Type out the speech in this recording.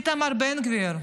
איתמר בן גביר,